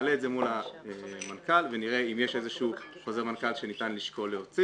נעלה את זה מול המנכ"ל ונראה אם יש איזשהו חוזר מנכ"ל שניתן להוציא.